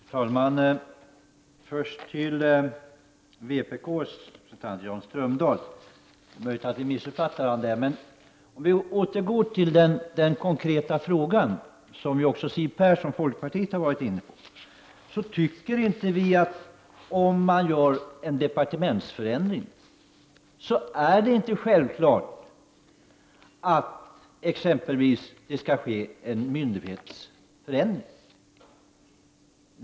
Fru talman! Först några ord till vpk:s representant Jan Strömdahl. Det är möjligt att vi missuppfattade varandra. Återgår vi till den konkreta frågan, som också Siw Persson från folkpartiet var inne på, vill jag säga att vi inte tycker att det är självklart med en myndighetsförändring, om det blir en departementsförändring.